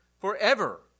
forever